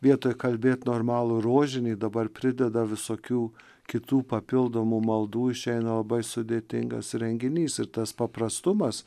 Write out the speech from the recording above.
vietoj kalbėt normalų rožinį dabar prideda visokių kitų papildomų maldų išeina labai sudėtingas renginys ir tas paprastumas